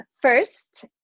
First